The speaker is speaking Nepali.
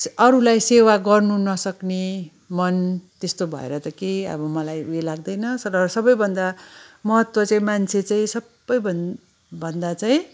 अरूलाई सेवा गर्नु नसक्ने मन त्यस्तो भएर त केही अब मलाई उयो लाग्दैन र सबैभन्दा महत्त्व चाहिँ मान्छे चाहिँ सबै भन भन्दा चाहिँ